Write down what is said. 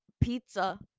pizza